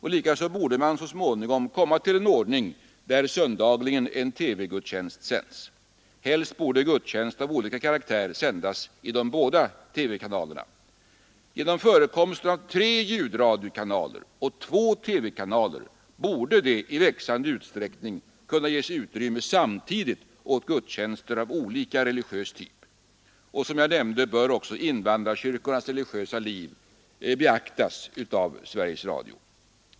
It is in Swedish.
Helst borde gudstjänster av olika karaktär sändas i de båda TV-kanalerna. Genom förekomsten av tre lJudradiokanaler och två TV-kanaler borde det i växande utsträckning kunna ges utrymme åt gudstjänster av olika religös typ samtidigt. Som jag nämnde bör också invandrarkyrkornas religösa liv beaktas av Sveriges Radio.